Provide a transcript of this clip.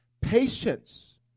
Patience